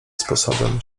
sposobem